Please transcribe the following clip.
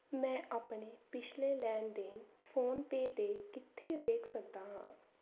ਮੈਂ ਆਪਣੇ ਪਿਛਲੇ ਲੈਣ ਦੇਣ ਫੋਨਪੇ 'ਤੇ ਕਿੱਥੇ ਵੇਖ ਸਕਦਾ ਹਾਂ